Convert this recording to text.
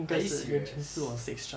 are you serious